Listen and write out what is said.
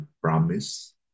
promise